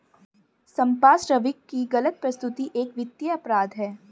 संपार्श्विक की गलत प्रस्तुति एक वित्तीय अपराध है